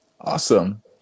Awesome